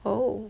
oh